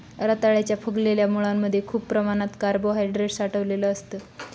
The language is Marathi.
रताळ्याच्या फुगलेल्या मुळांमध्ये खूप प्रमाणात कार्बोहायड्रेट साठलेलं असतं